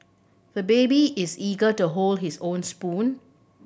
the baby is eager to hold his own spoon